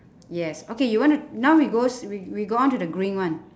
yes okay you want to now we goes we we go on to the green one